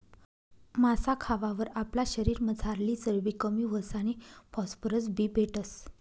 मासा खावावर आपला शरीरमझारली चरबी कमी व्हस आणि फॉस्फरस बी भेटस